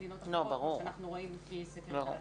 במדינות אחרות כפי שאנחנו רואים לפי סקר טאליס.